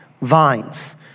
vines